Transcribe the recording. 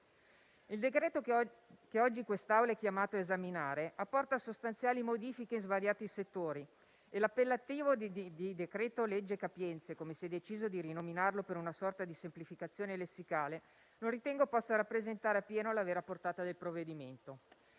Il decreto che oggi quest'Assemblea è chiamato a esaminare apporta sostanziali modifiche in svariati settori e l'appellativo di decreto-legge capienze, come si è deciso di rinominarlo per una sorta di semplificazione lessicale, non ritengo possa rappresentare appieno la vera portata del provvedimento.